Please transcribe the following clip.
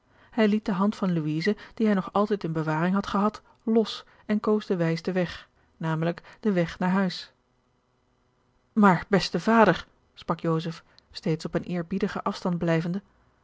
hij liet de hand van louise die hij nog altijd in bewaring had gehad los en koos den wijssten weg namelijk den weg naar huis maar beste vader sprak joseph steeds op een eerbiedigen afstand blijvende